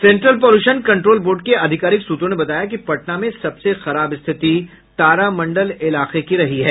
central pollution control board के आधिकारिक सूत्रों ने बताया कि पटना में सबसे खराब स्थिति तारा मंडल इलाके की रही है